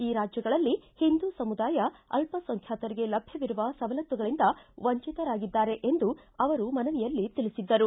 ಈ ರಾಜ್ಯಗಳಲ್ಲಿ ಹಿಂದೂ ಸಮುದಾಯ ಅಲ್ಲಸಂಖ್ಯಾತರಿಗೆ ಲಭ್ಯವಿರುವ ಸವಲತ್ತುಗಳಿಂದ ವಂಚಿತರಾಗಿದ್ದಾರೆ ಎಂದೂ ಅವರು ಮನವಿಯಲ್ಲಿ ತಿಳಿಸಿದ್ದರು